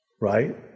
Right